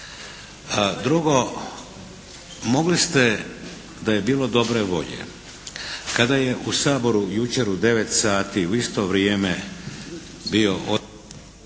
Drugo, mogli ste da je bilo dobre volje kada je u Saboru jučer u 9 sati u isto vrijeme bio